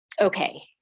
okay